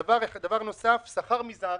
דבר נוסף, שכר מזערי.